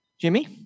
Jimmy